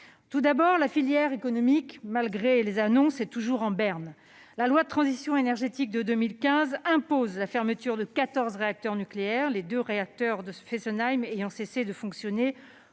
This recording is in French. tout d'abord, la filière économique, malgré les annonces, est toujours en berne. La loi de transition énergétique de 2015 impose la fermeture de quatorze réacteurs nucléaires, les deux réacteurs de Fessenheim ayant cessé de fonctionner